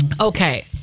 okay